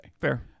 fair